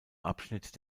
abschnitt